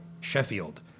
Sheffield